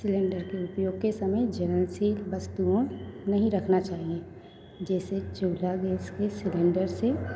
cylinder के उपयोग के समय से वस्तुवों नहीं रखना चाहिए जैसे चूल्हा गैस को सिलेंडर से